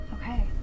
Okay